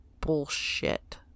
bullshit